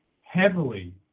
heavily